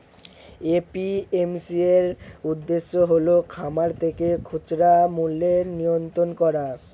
APMC এর উদ্দেশ্য হল খামার থেকে খুচরা মূল্যের নিয়ন্ত্রণ করা